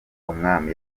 umwami